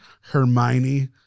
hermione